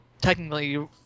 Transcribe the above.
technically